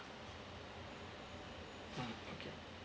mm okay